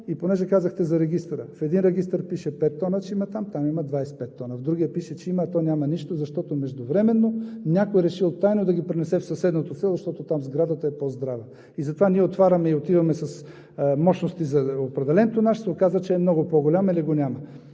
И понеже казахте за регистъра – в един регистър пише, че има пет тона, а там има 25 тона. В другия пише, че има, а там няма нищо, защото междувременно някой е решил тайно да ги пренесе в съседното село, защото там сградата е по-здрава. И затова ние отваряме и отиваме с мощности за определен тонаж, а се оказва, че е много по-голям или го няма.